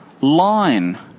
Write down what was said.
line